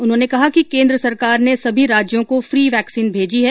उन्होंने कहा कि केन्द्र सरकार ने सभी राज्यों को फी वैक्सीन भेजी है